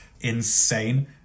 insane